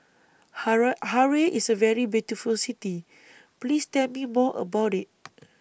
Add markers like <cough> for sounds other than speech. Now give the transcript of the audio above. <unintelligible> Harare IS A very beautiful City Please Tell Me More about IT